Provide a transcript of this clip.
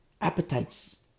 Appetites